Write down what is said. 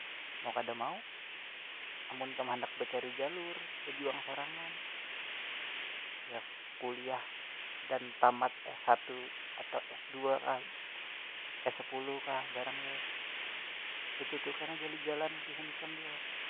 Mau kada mau amun kam handak bacari jalur bajuang sorangan ya kuliah dan tamat s satu atau s dua kah s sapuluh kah barang ja itu tu kena jadi jalan gasan ikam jua.